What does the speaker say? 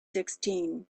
sixteen